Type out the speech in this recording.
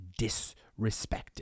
disrespected